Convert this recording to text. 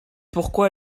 pourquoi